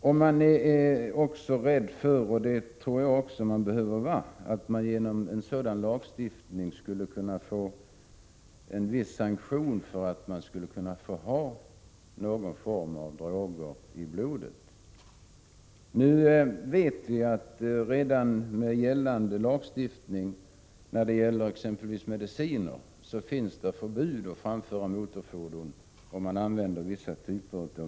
Vi är också rädda för — och det tror jag det finns skäl till —att man genom en sådan lagstiftning skulle kunna i viss mån sanktionera någon form av drogpåverkan vid framförande av motorfordon. Redan i gällande lagstiftning finns det förbud mot att framföra motorfordon för den som är påverkad av mediciner av vissa typer.